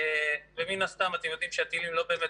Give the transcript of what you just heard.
ומן הסתם אתם יודעים שהטילים לא באמת